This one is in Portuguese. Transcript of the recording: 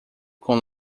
com